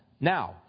Now